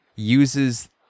uses